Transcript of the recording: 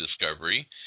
discovery